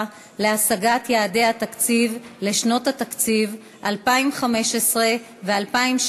להשגת יעדי התקציב לשנות התקציב 2015 ו-2016),